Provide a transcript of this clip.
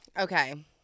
Okay